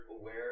aware